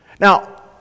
Now